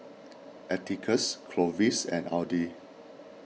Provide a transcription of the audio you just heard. Atticus Clovis and Audy